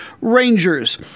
Rangers